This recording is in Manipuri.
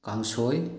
ꯀꯥꯡꯁꯣꯏ